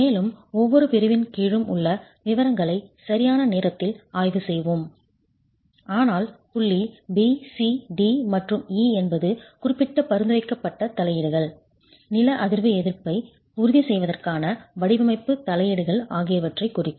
மேலும் ஒவ்வொரு பிரிவின் கீழும் உள்ள விவரங்களை சரியான நேரத்தில் ஆய்வு செய்வோம் ஆனால் புள்ளி B C D மற்றும் E என்பது குறிப்பிட்ட பரிந்துரைக்கப்பட்ட தலையீடுகள் நில அதிர்வு எதிர்ப்பை உறுதி செய்வதற்கான வடிவமைப்பு தலையீடுகள் ஆகியவற்றைக் குறிக்கும்